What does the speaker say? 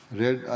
red